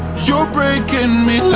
you're breaking me